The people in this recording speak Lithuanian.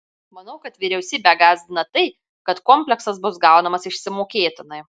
manau kad vyriausybę gąsdina tai kad kompleksas bus gaunamas išsimokėtinai